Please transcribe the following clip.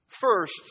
First